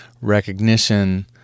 recognition